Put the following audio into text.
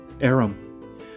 Aram